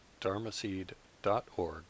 dharmaseed.org